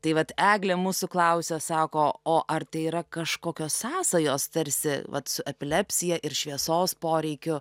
tai vat eglė mūsų klausia sako o ar tai yra kažkokios sąsajos tarsi vat su epilepsija ir šviesos poreikiu